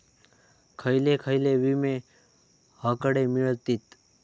खयले खयले विमे हकडे मिळतीत?